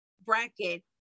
bracket